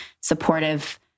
supportive